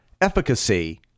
efficacy